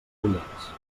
pollets